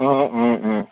অঁ অঁ অঁ